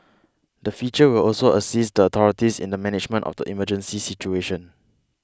the feature will also assist the authorities in the management of the emergency situation